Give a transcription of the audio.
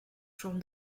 from